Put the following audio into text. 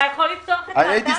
אתה יכול לפתוח את האתר?